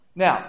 Now